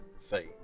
faith